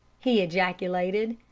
he ejaculated.